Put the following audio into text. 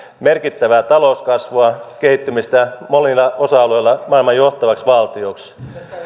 merkittävää talouskasvua kehittymistä monilla osa alueilla maailman johtavaksi valtioksi